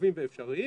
קרובים ואפשריים,